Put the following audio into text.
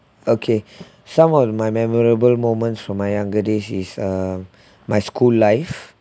okay some of my memorable moments from my younger days is err my school life